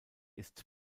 ist